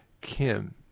Kim